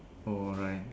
oh alright